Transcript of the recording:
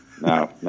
No